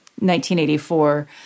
1984